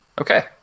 Okay